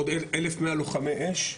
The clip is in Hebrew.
אלף מאה לוחמי אש,